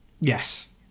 Yes